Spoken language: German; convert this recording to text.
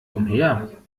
umher